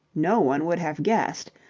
no one would have guessed,